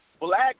black